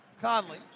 Conley